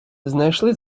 знайшли